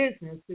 Business